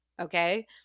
okay